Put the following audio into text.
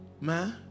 man